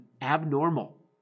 abnormal